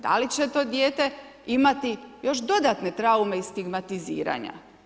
Da li će to dijete imati još dodatne traume i stigmatiziranja?